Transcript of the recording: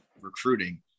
recruiting